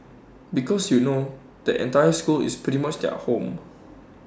because you know the entire school is pretty much their home